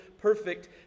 perfect